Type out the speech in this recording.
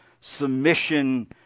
submission